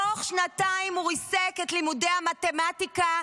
תוך שנתיים הוא ריסק את לימודי המתמטיקה,